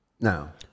Now